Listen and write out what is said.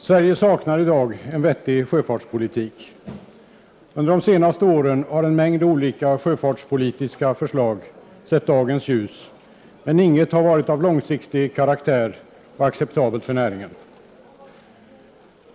Herr talman! Sverige saknar i dag en vettig sjöfartspolitik. Under de senaste åren har en mängd olika sjöfartspolitiska förslag sett dagens ljus, men inget har varit av långsiktig karaktär och acceptabelt för näringen.